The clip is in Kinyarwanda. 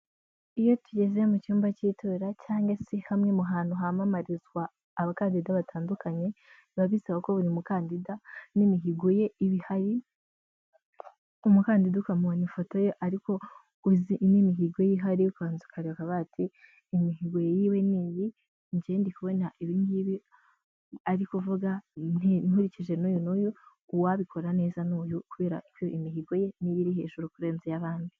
Iyo tugeze mu cyumba cy'itora cyangwa se hamwe mu hantu hamamarizwa abakandida batandukanye biba bisaba ko buri mukandida n'imihigo ye umukandida ukamubona ifoto ye ariko uzi imihigo yiha ukabanza ukareba bati imihigo yiwe niyi njye ndi ibingibi arivuga nkurikije nuyu nuyu uwabikora neza ni uyu kubera iyo imihigo ye niyo iriri hejuru kurenzay abandidi.